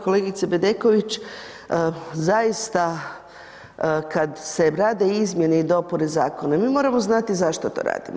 Kolegice Bedeković, zaista kad se rade izmjene i dopune zakona, mi moramo znati zašto to radimo.